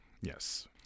yes